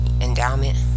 endowment